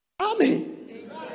Amen